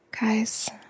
guys